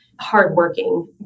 hardworking